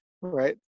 right